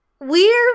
we're-